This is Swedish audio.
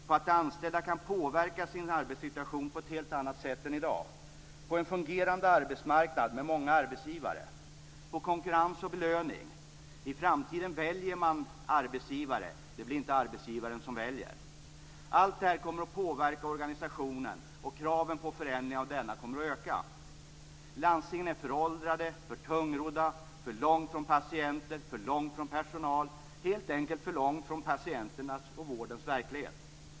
På att de anställda kan påverka sin arbetssituation på ett helt annat sätt än i dag. - På en fungerande arbetsmarknad med många arbetsgivare. - På konkurrens och belöning. I framtiden väljer man arbetsgivare, det blir inte arbetsgivaren som väljer. Allt detta kommer att påverka organisationen och kraven på förändringar av denna kommer att öka. Landstingen är föråldrade, för tungrodda, för långt från patienter och för långt från personal, helt enkelt för långt från patienternas och vårdens verklighet.